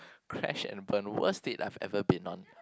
crash and burn worst date I've ever been on